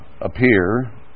appear